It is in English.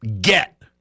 get